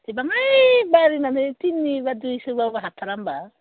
इसे बाङाय बारायनानै तिनि बा दुयसोबाबो हाथारा होनबा